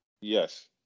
Yes